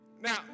Now